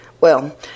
Well